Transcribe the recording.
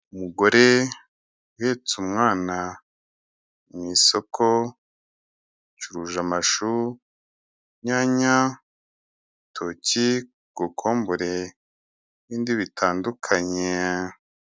Umugore uhetse umwana mu isoko, yacuruje amashu, inyanya, ibitoki, kokombure n'ibindi bitandukanye.